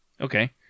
Okay